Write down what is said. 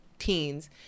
teens